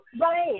Right